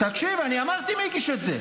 תקשיב, אני אמרתי מי הגיש את זה.